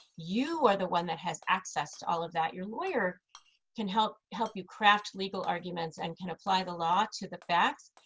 you are the one that has access to all of that. your lawyer can help help you craft legal arguments and can apply the law to the facts,